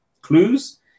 clues